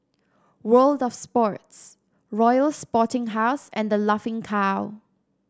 World Of Sports Royal Sporting House and The Laughing Cow